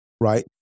Right